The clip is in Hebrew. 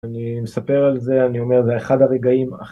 אני מספר על זה, אני אומר, זה אחד הרגעים הכי...